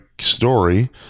story